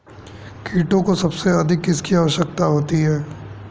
कीटों को सबसे अधिक किसकी आवश्यकता होती है?